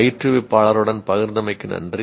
பயிற்றுவிப்பாளருடன் பகிர்ந்தமைக்கு நன்றி